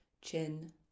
chin